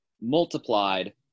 multiplied